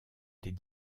des